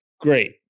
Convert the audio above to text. great